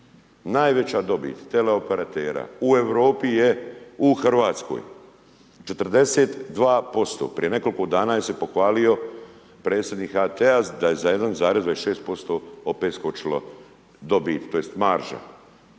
Najveća dobit teleoperatera u Europi je u Hrvatskoj. 42% prije nekoliko dana se je pohvali predsjednik HT-a da je za 1,26% opet skočila dobit tj. marža.